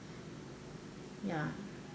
ya